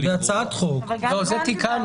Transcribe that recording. זה תיקנו